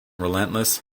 relentless